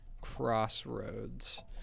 crossroads